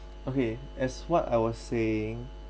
okay as what I was saying